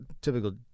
typical